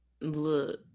look